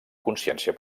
consciència